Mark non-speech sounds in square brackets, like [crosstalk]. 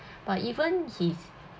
[breath] but even his